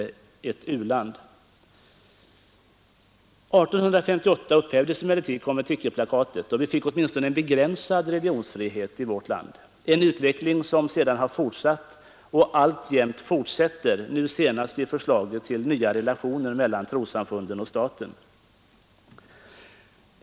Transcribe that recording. År 1858 upphävdes emellertid konventikelplakatet, och vi fick åtminstone en begränsad religionsfrihet i vårt land, en utveckling som sedan har fortsatt och alltjämt fortsätter, nu senast i förslaget till nya relationer mellan trossamfunden och staten.